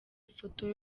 ifoto